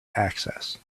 access